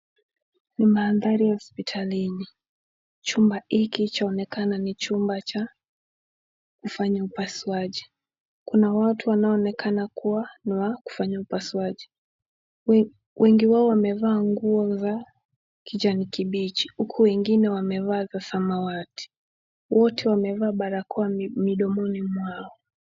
Ni mandhari ya hospitalini. Chumba hiki chaonekana ni chumba cha kufanya upasuaji. Kuna watu wanaonekana kuwa ni wa kufanya upasuaji. Wengi wao wamevaa nguo za kijani kibichi uku wengine wamevaa za samawati. Wote wamevaa barakoa midomoni mwao.